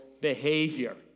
behavior